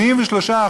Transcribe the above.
יש בכל מסורת של מאות